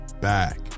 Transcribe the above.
back